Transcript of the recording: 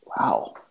Wow